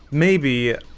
maybe